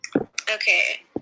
Okay